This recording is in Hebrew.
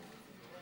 תודה,